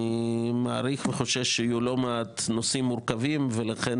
אני מעריך וחושש שיהיו לא מעט נושאים מורכבים ולכן